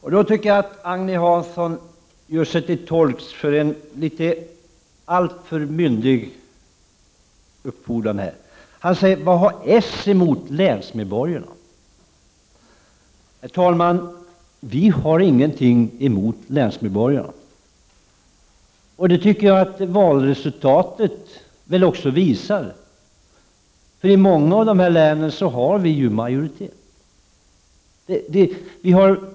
Jag tycker att Agne Hansson här gjorde sig till tolk för en alltför myndig uppfordran. Han sade: Vad har socialdemokraterna emot länsmedborgarna? Herr talman! Vi har ingenting emot länsmedborgarna. Det tycker jag att valresultatet också visar. I många av länen har vi ju majoritet.